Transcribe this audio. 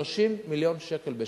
30 מיליון שקל בשנה.